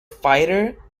fighter